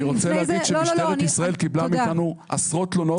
אני רוצה להגיש שמשטרת ישראל קיבלה מאתנו עשרות תלונות.